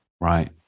right